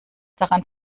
daran